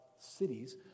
cities